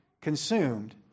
consumed